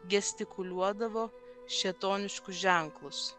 gestikuliuodavo šėtoniškus ženklus